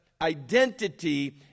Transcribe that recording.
identity